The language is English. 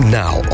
now